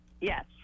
yes